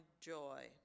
joy